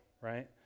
right